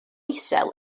isel